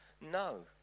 no